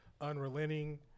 unrelenting